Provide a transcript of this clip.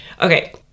Okay